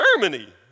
Germany